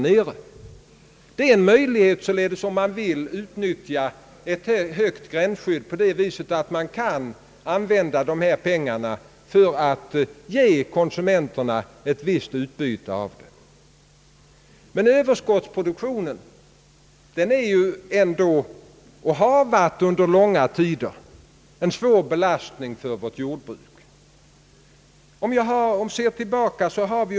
Det är således en möjlighet, om man vill utnyttja ett högt gränsskydd, att använda dessa pengar för att ge konsumenterna ett visst utbyte. Men överproduktionen är och har under långa tider varit en svår belastning för vårt jordbruk.